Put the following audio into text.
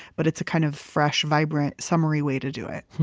but it's a kind of fresh, vibrant, summery way to do it.